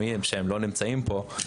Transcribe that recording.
יש פה כיסאות פנויים והם לא נמצאים פה,